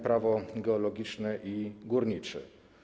Prawo geologiczne i górnicze.